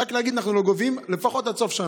רק להגיד: אנחנו לא גובים לפחות עד סוף השנה,